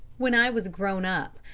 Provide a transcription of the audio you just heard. when i was grown up,